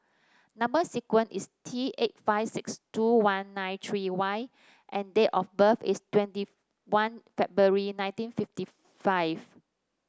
number sequence is T eighty five sixt two one nine three Y and date of birth is twenty one February nineteen fifty five